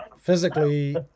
physically